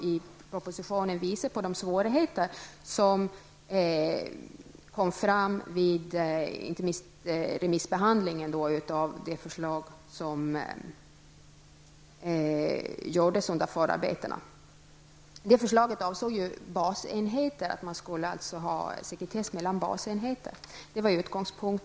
I propositionen har man visat på de svårigheter som kom fram inte minst vid remissbehandlingen av det förslag som lades fram under förarbetena. Det förslaget avsåg basenheter. Utgångspunkten var att man skulle ha sekretess mellan basenheter.